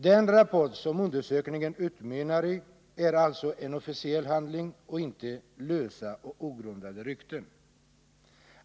Den rapport som undersökningen utmynnat i är alltså en officiell handling och inte lösa och ogrundade rykten.